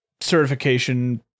certification